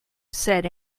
said